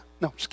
No